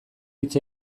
hitz